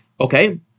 Okay